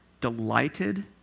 delighted